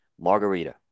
Margarita